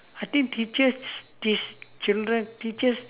I think teachers teach children teachers